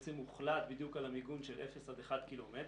בעצם הוחלט בדיוק על המיגון של 0 1 קילומטר,